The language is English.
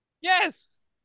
Yes